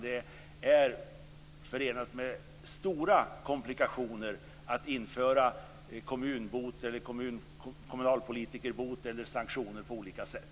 Det är förenat med stora komplikationer att införa kommunbot, kommunalpolitikerbot eller sanktioner på olika sätt.